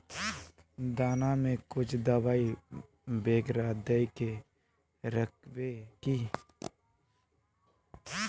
दाना में कुछ दबाई बेगरा दय के राखबे की?